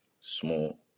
small